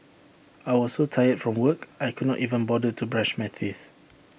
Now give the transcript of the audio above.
I was so tired from work I could not even bother to brush my teeth